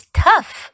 tough